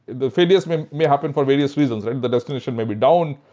the failures may may happen for various reasons. the destination may be down.